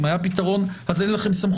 אם היה פתרון, אז הרי אין לכם סמכות.